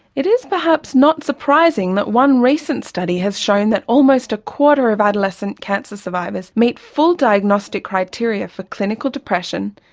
it is perhaps not surprising that one recent study has shown that almost a quarter of adolescent cancer survivors meet full diagnostic criteria for clinical depression,